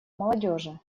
молодежи